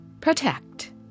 protect